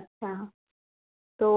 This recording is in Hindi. अच्छा तो